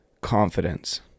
confidence